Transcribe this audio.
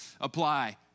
apply